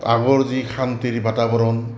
আগৰ যি শান্তিৰ বাতাবৰণ